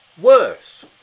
worse